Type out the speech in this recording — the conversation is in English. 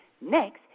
Next